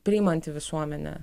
priimanti visuomenė